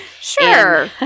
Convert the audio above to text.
sure